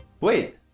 Wait